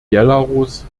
belarus